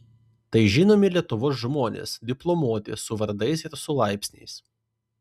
tai žinomi lietuvos žmonės diplomuoti su vardais ir su laipsniais